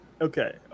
Okay